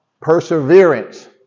perseverance